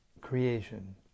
creation